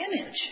image